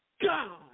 God